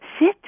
sit